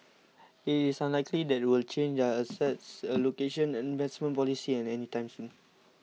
it is unlikely that they will change their asset allocation and investment policy any time soon